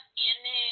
tiene